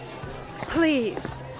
Please